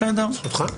זכותך.